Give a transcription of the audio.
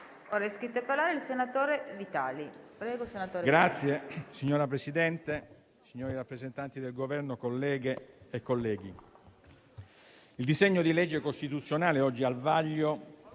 il senatore Vitali.